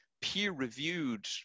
peer-reviewed